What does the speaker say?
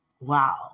Wow